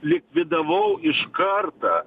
likvidavau iš kartą